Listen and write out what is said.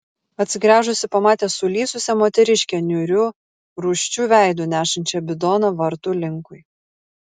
atsigręžusi pamatė sulysusią moteriškę niūriu rūsčiu veidu nešančią bidoną vartų linkui